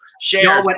Share